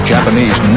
Japanese